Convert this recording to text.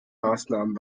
maßnahmen